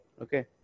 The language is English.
Okay